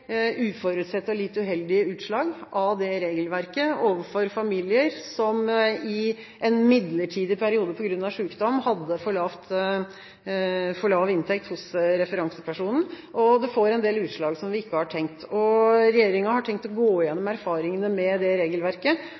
og litt uheldige utslag av det regelverket overfor familier som i en midlertidig periode på grunn av sykdom hadde for lav inntekt hos referansepersonen, og det får en del utslag som vi ikke har tenkt oss. Regjeringen har tenkt å gå gjennom erfaringene med det regelverket,